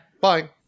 bye